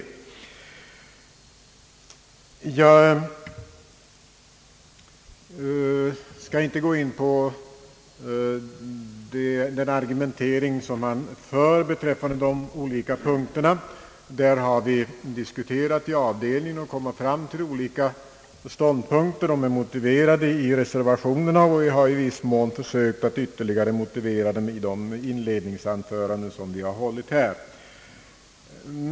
: Jag skall inte gå in på den argumentering han för i de olika punkterna. Dessa har vi diskuterat i avdelningen och kommit fram till olika ståndpunkter. De är motiverade i reservationerna, och vi har i viss mån försökt att ytterligare motivera dem i de inledningsanföranden som vi har hållit här.